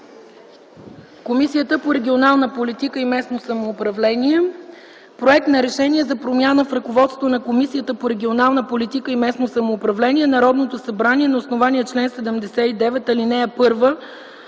Комисия по регионална политика и местно самоуправление. „РЕШЕНИЕ за промяна в ръководството на Комисията по регионална политика и местно самоуправление Народното събрание на основание чл. 79, ал. 1